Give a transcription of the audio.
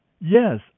Yes